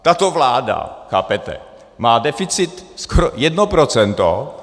Tato vláda chápete má deficit skoro 1 procento.